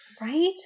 right